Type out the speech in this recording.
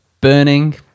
burning